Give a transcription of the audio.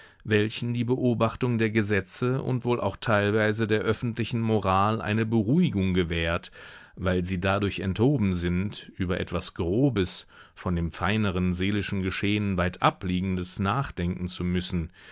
welchen die beobachtung der gesetze und wohl auch teilweise der öffentlichen moral eine beruhigung gewährt weil sie dadurch enthoben sind über etwas grobes von dem feineren seelischen geschehen weitabliegendes nachdenken zu müssen